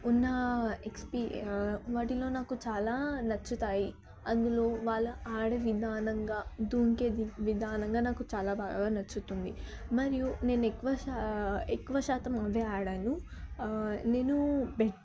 ఉన్న ఎక్స్పీ వాటిలో నాకు చాలా నచ్చుతాయి అందులో వాళ్ళ ఆడే విధానం దూకే విధానం నాకు చాలా బాగా నచ్చుతుంది మరియు నేను ఎక్కువ శా ఎక్కువ శాతం అవి ఆడాను నేను బెట్